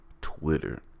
Twitter